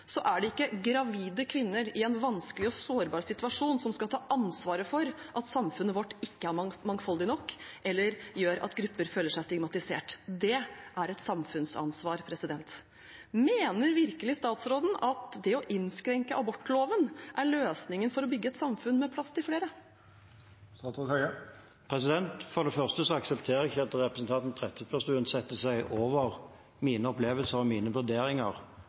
er det ikke gravide kvinner i en vanskelig og sårbar situasjon som skal ta ansvaret for at samfunnet vårt ikke er mangfoldig nok eller gjør at grupper føler seg stigmatisert. Det er et samfunnsansvar. Mener virkelig statsråden at det å innskrenke abortloven er løsningen for å bygge et samfunn med plass til flere? For det første aksepterer jeg ikke at representanten Trettebergstuen setter seg over mine opplevelser og mine vurderinger